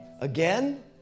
again